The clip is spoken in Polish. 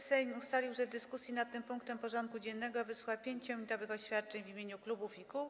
Sejm ustalił, że w dyskusji nad tym punktem porządku dziennego wysłucha 5-minutowych oświadczeń w imieniu klubów i kół.